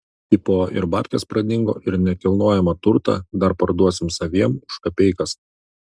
tipo ir babkės pradingo ir nekilnojamą turtą dar parduosim saviem už kapeikas